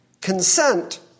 consent